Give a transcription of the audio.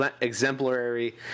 exemplary